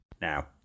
Now